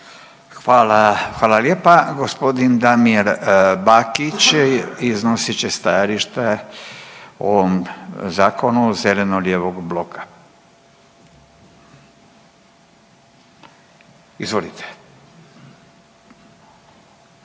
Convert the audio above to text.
Hvala lijepa. Gospodin Damir Bakić iznosit će stajalište o ovom zakonu zeleno-lijevog bloka. Izvolite.